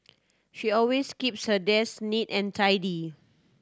she always keeps her desk neat and tidy